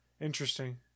Interesting